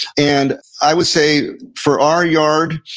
and i would say, for our yard,